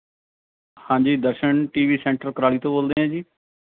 ਹਾਂਜੀ Darshan T V centre Kurali ਤੋਂ ਬੋਲਦੇ ਹੋ ਜੀ